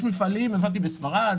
יש מפעלים בספרד,